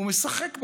הוא משחק בכם.